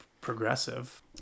progressive